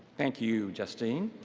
thank you, justine.